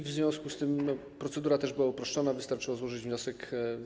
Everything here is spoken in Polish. W związku z tym procedura też była uproszczona, wystarczyło złożyć wniosek.